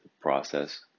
process